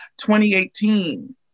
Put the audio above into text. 2018